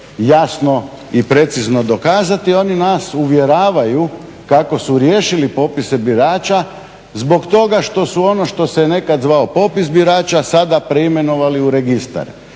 jasno i precizno dokazati oni nas uvjeravaju kako su riješili popise birača zbog toga što su ono što se nekada zvao popis birača sada preimenovali u registar.